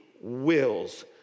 wills